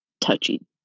touchy